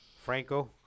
Franco